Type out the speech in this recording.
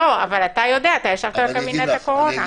אתה יודע, אתה ישבת בקבינט הקורונה.